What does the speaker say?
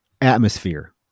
atmosphere